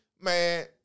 man